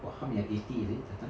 what how many eighty is it that time